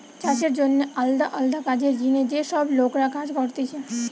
চাষের জন্যে আলদা আলদা কাজের জিনে যে সব লোকরা কাজ করতিছে